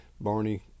Barney